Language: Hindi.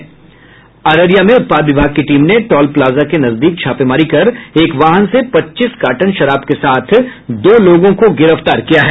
अररिया में उत्पाद विभाग की टीम ने टॉल प्लाजा के नजदीक छापेमारी कर एक वाहन से पच्चीस कार्टन शराब के साथ दो लोगों को गिरफ्तार किया है